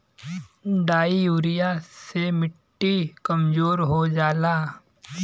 di urea से मट्टी कमजोर हो जाला